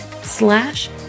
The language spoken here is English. slash